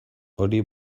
hori